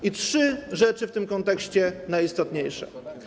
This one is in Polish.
I trzy rzeczy w tym kontekście najistotniejsze.